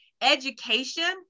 Education